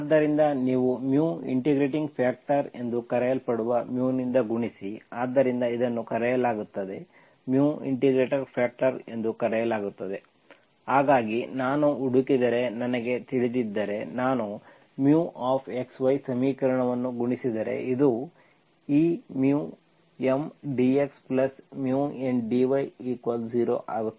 ಆದ್ದರಿಂದ ನೀವು integrating factor ಎಂದು ಕರೆಯಲ್ಪಡುವ ನಿಂದ ಗುಣಿಸಿ ಆದ್ದರಿಂದ ಇದನ್ನು ಕರೆಯಲಾಗುತ್ತದೆ ಇಂಟಿಗ್ರೇಟಿಂಗ್ ಫ್ಯಾಕ್ಟರ್ ಎಂದು ಕರೆಯಲಾಗುತ್ತದೆ ಹಾಗಾಗಿ ನಾನು ಹುಡುಕಿದರೆ ನನಗೆ ತಿಳಿದಿದ್ದರೆ ನಾನು μxy ಸಮೀಕರಣವನ್ನು ಗುಣಿಸಿದರೆ ಇದು ಈ μ Mdxμ N dy0 ಆಗುತ್ತದೆ